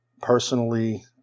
personally